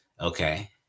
okay